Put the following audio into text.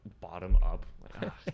bottom-up